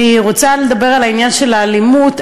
אני רוצה לדבר על עניין האלימות,